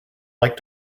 like